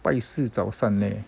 拜四早上嘞